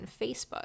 Facebook